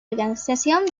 organización